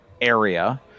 area